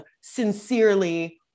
Sincerely